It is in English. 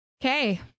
Okay